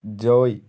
joy